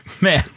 man